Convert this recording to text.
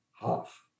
half